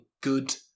Good